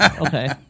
Okay